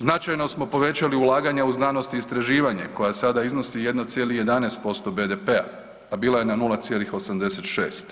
Značajno smo povećali ulaganja u znanost i istraživanje koja sada iznosi 1,11% BDP-a, a bila je na 0,86.